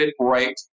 right